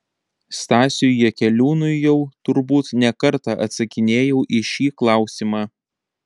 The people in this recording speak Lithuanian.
stasiui jakeliūnui jau turbūt ne kartą atsakinėjau į šį klausimą